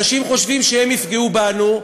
אנשים חושבים שהם יפגעו בנו,